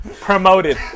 Promoted